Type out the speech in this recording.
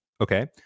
Okay